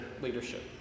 leadership